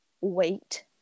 wait